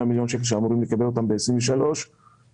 מיליון שקלים שאמורים לקבל אותם ב-2023 וזה